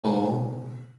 four